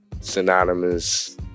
synonymous